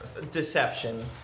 Deception